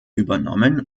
übernommen